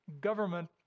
government